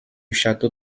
château